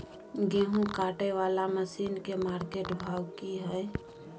गेहूं काटय वाला मसीन के मार्केट भाव की हय?